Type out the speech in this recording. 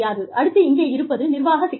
அடுத்து இங்கே இருப்பது நிர்வாக சிக்கலாகும்